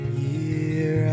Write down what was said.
year